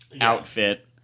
outfit